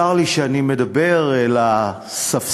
צר לי שאני מדבר אל הספסלים,